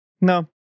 No